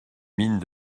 mines